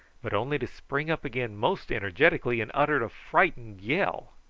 but only to spring up again most energetically and uttering a frightened yell.